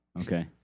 Okay